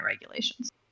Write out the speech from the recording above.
regulations